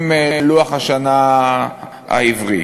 עם לוח השנה העברי.